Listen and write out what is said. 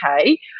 okay